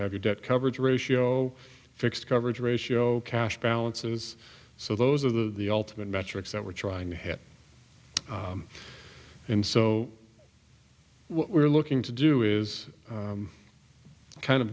have your debt coverage ratio fixed coverage ratio cash balances so those are the ultimate metrics that we're trying to hit and so what we're looking to do is kind of